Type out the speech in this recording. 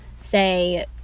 say